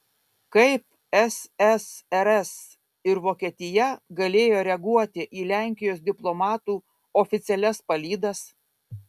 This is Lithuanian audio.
kaip ssrs ir vokietija galėjo reaguoti į lenkijos diplomatų oficialias palydas